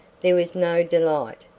there was no delight,